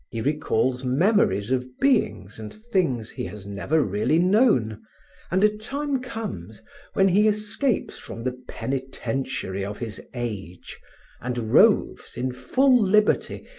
he recalls memories of beings and things he has never really known and a time comes when he escapes from the penitentiary of his age and roves, in full liberty,